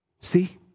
See